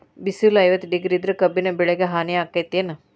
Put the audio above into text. ಬಿಸಿಲ ಐವತ್ತ ಡಿಗ್ರಿ ಇದ್ರ ಕಬ್ಬಿನ ಬೆಳಿಗೆ ಹಾನಿ ಆಕೆತ್ತಿ ಏನ್?